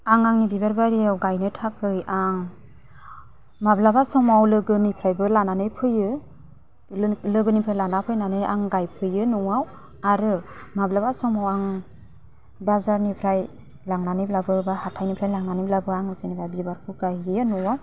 आं आंनि बिबार बारियाव गायनो थाखाय आं माब्लाबा समाव लोगोनिफ्रायबो लानानै फैयो लोगोनिफ्राय लाना फैनानै आं गायफैयो न'आव आरो माब्लाबा समाव आं बाजारनिफ्राय लांनानैब्लाबो बा हाथाइनिफ्राय लांनानैब्लाबो आं जेनेबा बिबारखौ गायहैयो न'आव